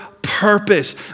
purpose